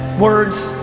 words,